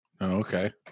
Okay